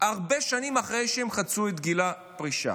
הרבה שנים אחרי שהם חצו את גיל הפרישה.